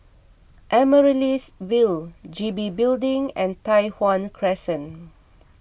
Amaryllis Ville G B Building and Tai Hwan Crescent